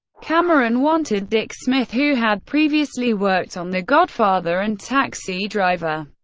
cameron wanted dick smith who had previously worked on the godfather and taxi driver.